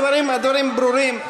הדברים ברורים.